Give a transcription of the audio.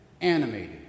animated